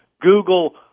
Google